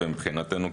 ומבחינתנו,